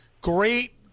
Great